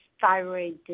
thyroid